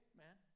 man